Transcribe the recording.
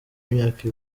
y’imyaka